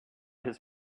his